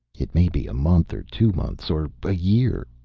it may be a month, or two months, or a year,